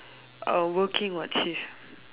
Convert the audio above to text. uh working what shift